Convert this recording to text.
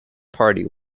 party